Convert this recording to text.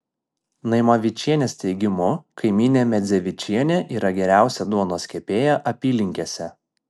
naimavičienės teigimu kaimynė medzevičienė yra geriausia duonos kepėja apylinkėse